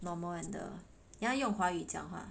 normal one the 你要用华语讲话